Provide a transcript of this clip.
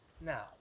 Now